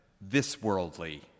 this-worldly